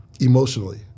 emotionally